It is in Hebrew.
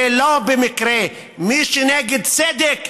ולא במקרה מי שנגד צדק,